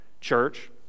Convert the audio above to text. church